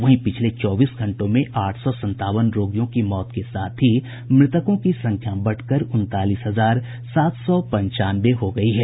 वहीं पिछले चौबीस घंटों में आठ सौ संतावन रोगियों की मौत के साथ ही मृतकों की संख्या बढ़कर उनतालीस हजार सात सौ पंचानवे हो गयी है